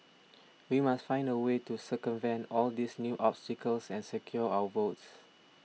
we must find a way to circumvent all these new obstacles and secure our votes